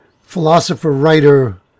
philosopher-writer